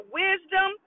wisdom